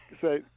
say